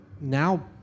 now